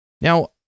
Now